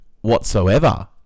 whatsoever